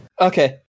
Okay